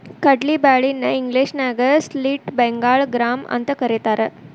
ಕಡ್ಲಿ ಬ್ಯಾಳಿ ನ ಇಂಗ್ಲೇಷನ್ಯಾಗ ಸ್ಪ್ಲಿಟ್ ಬೆಂಗಾಳ್ ಗ್ರಾಂ ಅಂತಕರೇತಾರ